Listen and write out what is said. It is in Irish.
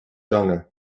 dteanga